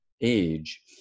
age